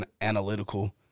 analytical